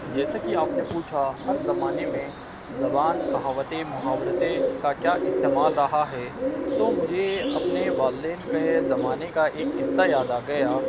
جیسا کہ آپ نے پوچھا ہر زمانے میں زبان کہاوتیں محاورتیں کا کیا استعمال رہا ہے تو مجھے اپنے والدین کے زمانے کا ایک قصہ یاد آ گیا